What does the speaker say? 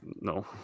No